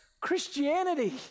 Christianity